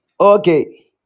okay